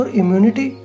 immunity